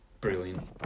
Brilliant